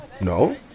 No